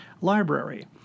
library